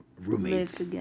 roommates